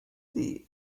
the